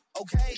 Okay